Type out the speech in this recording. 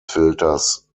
filters